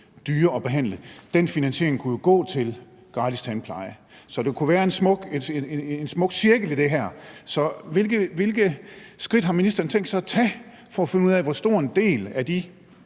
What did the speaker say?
dyre at behandle. Den finansiering kunne jo gå til gratis tandpleje, så der kunne være en smuk cirkel i det her. Hvilke skridt har ministeren tænkt sig at tage for at finde ud af, hvor stor en del af de